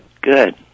Good